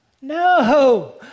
No